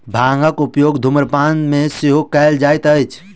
भांगक उपयोग धुम्रपान मे सेहो कयल जाइत अछि